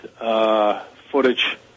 footage